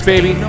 Baby